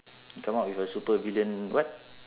come out with a supervillain what